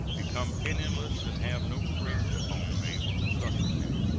become penniless, and have no friends at home able to succor them.